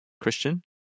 Christian